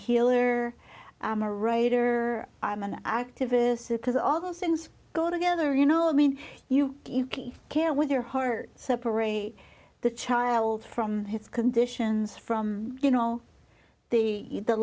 healer i'm a writer i'm an activist or because all those things go together you know i mean you can't with your heart separate the child from his conditions from you know the